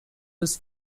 his